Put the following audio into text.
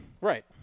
Right